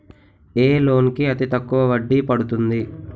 ఏ loan కి అతి తక్కువ వడ్డీ పడుతుంది?